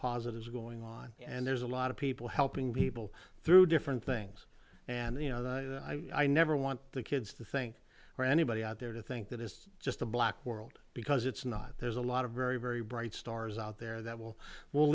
positives going on and there's a lot of people helping people through different things and you know i never want the kids to think or anybody out there to think that it's just a black world because it's not there's a lot of very very bright stars out there that will will